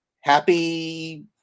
happy